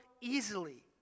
easily